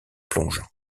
plongeant